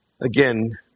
Again